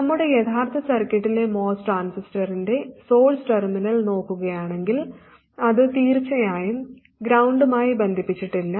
നമ്മുടെ യഥാർത്ഥ സർക്യൂട്ടിലെ MOS ട്രാൻസിസ്റ്ററിന്റെ സോഴ്സ് ടെർമിനൽ നോക്കുകയാണെങ്കിൽ അത് തീർച്ചയായും ഗ്രൌണ്ടുമായി ബന്ധിപ്പിച്ചിട്ടില്ല